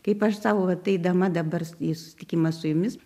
kaip aš sau vat eidama dabar į susitikimą su jumis